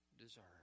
deserve